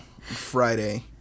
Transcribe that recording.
Friday